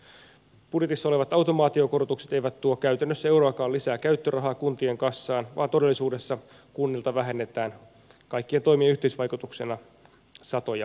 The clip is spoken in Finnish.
budjetissa olevat automaatiokorotukset eivät tuo käytännössä euroakaan lisää käyttörahaa kuntien kassaan vaan todellisuudessa kunnilta vähennetään kaikkien toimien yhteisvaikutuksena satoja miljoonia